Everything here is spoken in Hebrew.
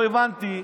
לא הבנתי,